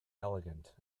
elegant